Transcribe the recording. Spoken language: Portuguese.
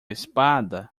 espada